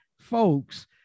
folks